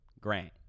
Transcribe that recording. Grant